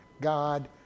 God